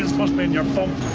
must mean your bum.